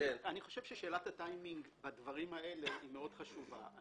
חושב ששאלת הטיימינג בדברים האלה מאוד חשובה.